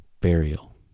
burial